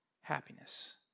happiness